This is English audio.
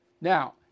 Now